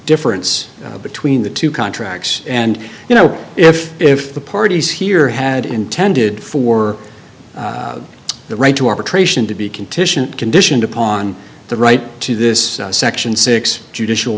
difference between the two contracts and you know if if the parties here had intended for the right to arbitration to be contingent conditioned upon the right to this section six judicial